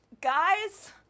guys